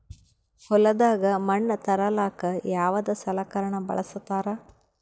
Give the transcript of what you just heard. ಹೊಲದಾಗ ಮಣ್ ತರಲಾಕ ಯಾವದ ಸಲಕರಣ ಬಳಸತಾರ?